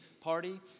party